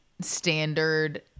standard